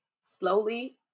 slowly